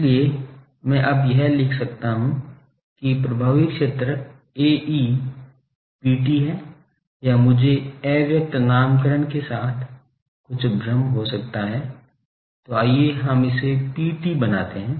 इसलिए मैं अब यह लिख सकता हूं कि प्रभावी क्षेत्र Ae PT है या मुझे अव्यक्त नामकरण के साथ कुछ भ्रम हो सकता है तो आइए हम इसे PT बनाते हैं